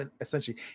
essentially